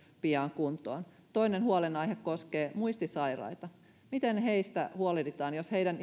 pian kuntoon toinen huolenaihe koskee muistisairaita miten heistä huolehditaan jos heidän